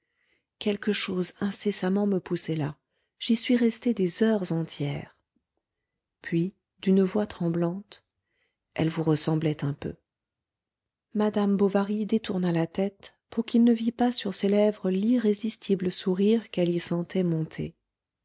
quelque chose incessamment me poussait là j'y suis resté des heures entières puis d'une voix tremblante elle vous ressemblait un peu madame bovary détourna la tête pour qu'il ne vît pas sur ses lèvres l'irrésistible sourire qu'elle y sentait monter